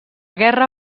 guerra